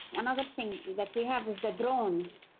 another thing that we have is the drones,